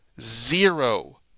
Zero